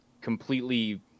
completely